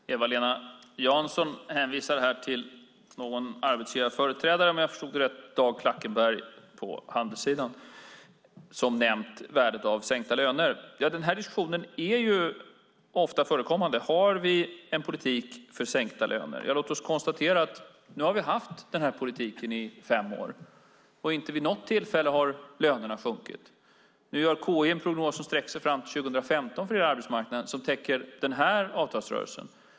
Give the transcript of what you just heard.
Fru talman! Eva-Lena Jansson hänvisar, om jag förstod det rätt, till någon arbetsgivarföreträdare på handelssidan, Dag Klackenberg, som nämnt värdet av sänkta löner. Den diskussionen är ju ofta förekommande. Har vi en politik för sänkta löner? Låt oss konstatera att vi har haft den här politiken i fem år, och inte vid något tillfälle har lönerna sjunkit. Nu gör Konjunkturinstitutet en prognos för arbetsmarknaden som sträcker sig fram till 2015 och som täcker den här avtalsrörelsen.